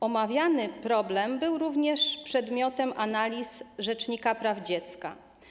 Omawiany problem był również przedmiotem analiz rzecznika praw dziecka.